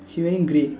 she wearing grey